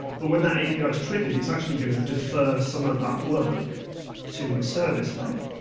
but when that api ah is triggered, it's actually going to defer some of that work to a service layer.